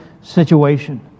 situation